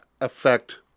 affect